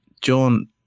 John